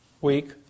week